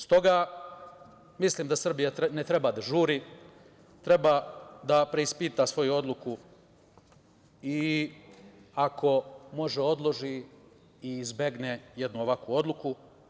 Stoga, mislim da Srbija ne treba da žuri, treba da preispita svoju odluku i ako može odloži i izbegne jednu ovakvu odluku.